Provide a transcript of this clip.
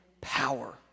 power